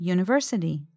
University